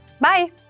Bye